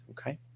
okay